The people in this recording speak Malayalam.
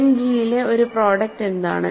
എൻഡ് ജിയിലെ ഒരു പ്രോഡക്ട് എന്താണ്